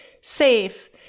safe